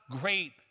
great